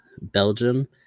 Belgium